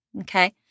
Okay